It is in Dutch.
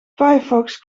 firefox